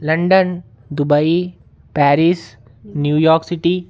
London Dubai Paris New York city